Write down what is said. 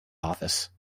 office